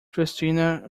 christina